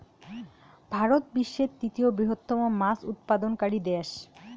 ভারত বিশ্বের তৃতীয় বৃহত্তম মাছ উৎপাদনকারী দেশ